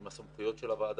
עם הסמכויות של הוועדה,